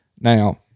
Now